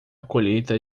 colheita